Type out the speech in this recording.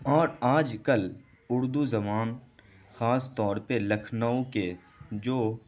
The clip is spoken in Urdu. اور آج کل اردو زبان خاص طور پہ لکھنؤ کے جو